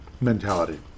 mentality